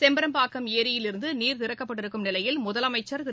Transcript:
செம்பரம்பாக்கம் ஏரியிலிருந்து நீர் திறக்கப்பட்டுள்ள நிலையில் முதலமைச்ச் திரு